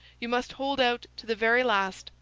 you must hold out to the very last,